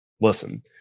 listen